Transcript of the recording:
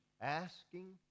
Asking